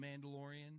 Mandalorian